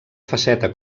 faceta